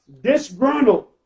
disgruntled